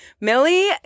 Millie